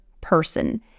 person